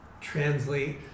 translate